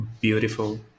beautiful